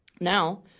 Now